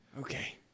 Okay